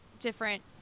different